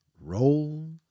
Roll